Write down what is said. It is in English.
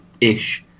ish